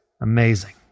Amazing